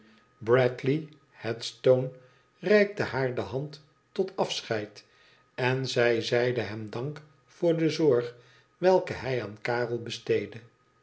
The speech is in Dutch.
bradley headstone reikte haar de hand tot afscheid en zij zeide hem dank voor de zorg welke hij aan karel besteedde